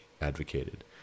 advocated